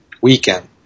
weekend